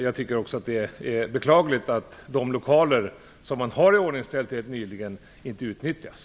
Jag tycker att det är beklagligt att de lokaler som man nyligen har iordningställt inte utnyttjas.